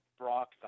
Brock